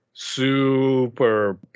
super